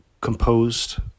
composed